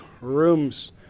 rooms